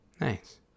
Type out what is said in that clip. Nice